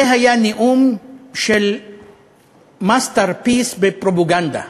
זה היה נאום של masterpiece בפרופגנדה,